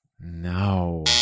No